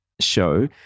show